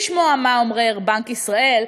לשמוע מה אומר בנק ישראל,